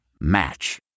Match